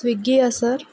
స్విగ్గీయ sir